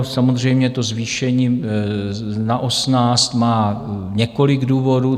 Samozřejmě to zvýšení na osmnáct má několik důvodů.